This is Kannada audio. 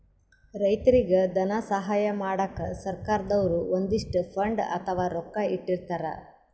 ರೈತರಿಗ್ ಧನ ಸಹಾಯ ಮಾಡಕ್ಕ್ ಸರ್ಕಾರ್ ದವ್ರು ಒಂದಿಷ್ಟ್ ಫಂಡ್ ಅಥವಾ ರೊಕ್ಕಾ ಇಟ್ಟಿರ್ತರ್